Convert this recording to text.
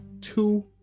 two